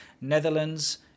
Netherlands